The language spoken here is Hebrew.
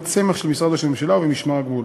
סמך של משרד ראש הממשלה ובמשמר הגבול.